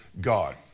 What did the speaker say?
God